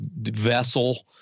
vessel